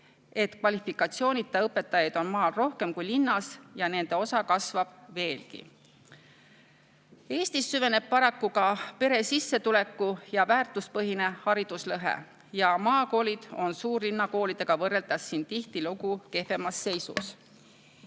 et kvalifikatsioonita õpetajaid on maal rohkem kui linnas ja nende osa kasvab veelgi. Eestis süveneb paraku ka pere sissetuleku ja väärtuspõhine hariduslõhe: maakoolid on suurlinnakoolidega võrreldes siin tihtilugu kehvemas seisus.